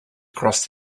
across